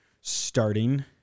starting